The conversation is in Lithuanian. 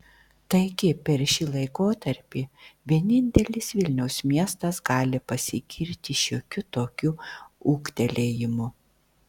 taigi per šį laikotarpį vienintelis vilniaus miestas gali pasigirti šiokiu tokiu ūgtelėjimu